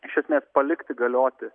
iš esmės palikti galioti